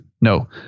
No